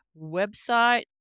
website